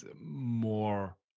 more